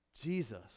Jesus